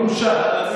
בושה.